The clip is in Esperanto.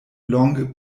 longe